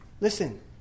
listen